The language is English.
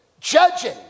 judging